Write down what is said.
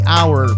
Hour